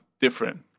different